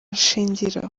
shingiro